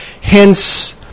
Hence